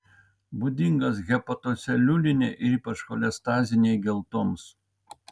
būdingas hepatoceliulinei ir ypač cholestazinei geltoms